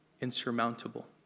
insurmountable